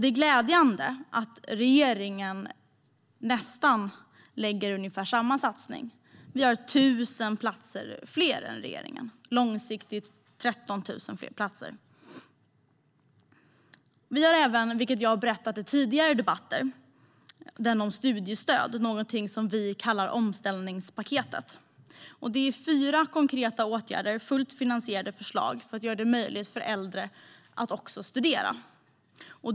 Det är glädjande att regeringen gör nästan samma satsning på detta. Vi har 1 000 platser fler än regeringen nästa år, och långsiktigt handlar det om 13 000 fler platser. Vi har även föreslagit, vilket jag tidigare har berättat i debatten om studiestöd, något som vi kallar omställningspaket. Det är fyra konkreta åtgärder och fullt finansierade förslag för att göra det möjligt för äldre att studera.